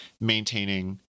maintaining